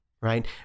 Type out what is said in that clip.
right